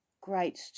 great